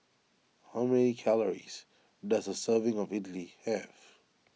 how many calories does a serving of Idili have